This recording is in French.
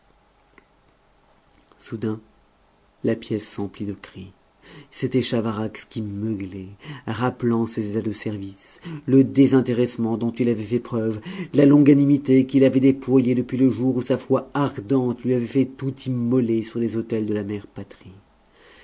soudain la pièce s'emplit de cris c'était chavarax qui meuglait rappelant ses états de service le désintéressement dont il avait fait preuve la longanimité qu'il avait déployée depuis le jour où sa foi ardente lui avait fait tout immoler sur les autels de la mère patrie